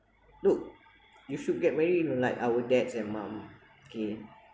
look you should get married you know like our dads and mum okay